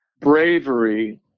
bravery